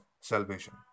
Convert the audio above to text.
salvation